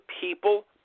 people